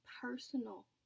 personal